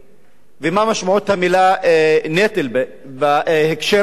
ומה משמעות המלה "נטל" בהקשר הכולל.